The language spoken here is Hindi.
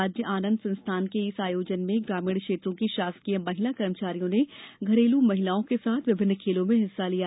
राज्य आनंद संस्थान के इस आयोजन में ग्रामीण क्षेत्रों की शासकीय महिला कर्मचारियों ने घरेलू महिलाओं के साथ विभिन्न खेलो में हिस्सा लिया